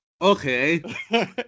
Okay